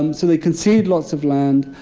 um so they concede lots of land,